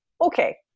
okay